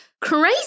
Crazy